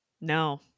No